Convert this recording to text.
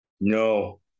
No